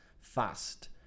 fast